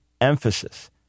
emphasis